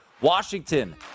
Washington